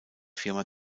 firma